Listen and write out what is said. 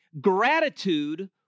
gratitude